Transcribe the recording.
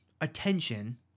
attention